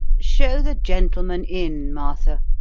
show the gentleman in, martha,